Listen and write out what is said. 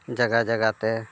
ᱡᱟᱭᱜᱟ ᱡᱟᱭᱜᱟ ᱛᱮ